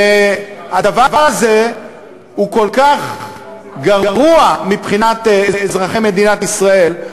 הדבר הזה הוא כל כך גרוע מבחינת אזרחי מדינת ישראל,